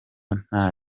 nta